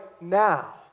now